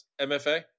MFA